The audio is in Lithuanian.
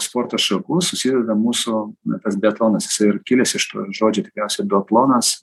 sporto šakų susideda mūsų na tas biatlonas ir kilęs iš tų žodžių tikriausiai biatlonas